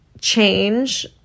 change